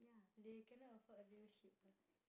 they cannot afford a real sheep ah